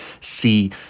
see